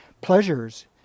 pleasures